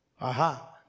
Aha